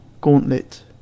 gauntlet